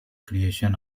creation